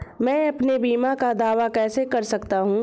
मैं अपने बीमा का दावा कैसे कर सकता हूँ?